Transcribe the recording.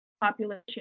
population